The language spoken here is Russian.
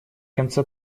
конце